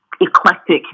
eclectic